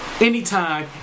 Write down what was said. anytime